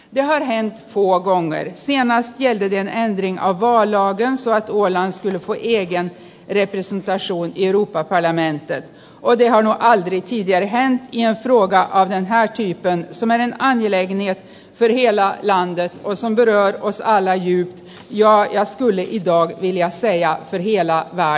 jalonen muokanneet ihanaa se jäi edelleenkin auto ajaakin saa tuollaisten kujien ja eettisen taas uintijupakka jääneen työ on ihanaa ikijäähän ja ruoka on yhä kipeä meren ajeleekin ja vielä den väcker internationellt intresse och är en del av finlands brand